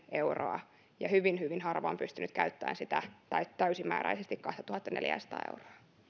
euroa ja hyvin hyvin harva on pystynyt käyttämään täysimääräisesti sitä kahtatuhattaneljääsataa euroa